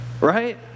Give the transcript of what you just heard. right